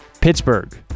pittsburgh